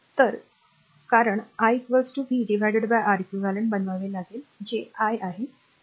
तर कारण i v R eq eq बनवावे लागेल जे i आहे